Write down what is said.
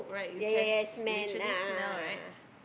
yea yea yea nice smell